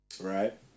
right